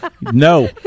No